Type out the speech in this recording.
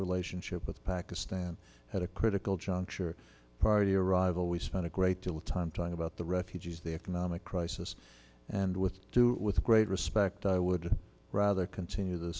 relationship with pakistan at a critical juncture party arrival we spent a great deal of time talking about the refugees the economic crisis and with two with great respect i would rather continue the